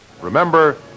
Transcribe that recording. Remember